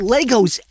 Legos